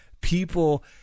people